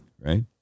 right